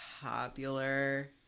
popular